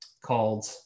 called